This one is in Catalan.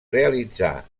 realitzà